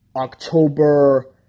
October